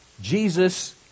Jesus